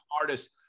artists